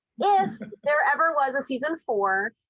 lauren if there ever was a season four,